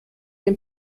dem